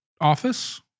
office